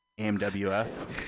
AMWF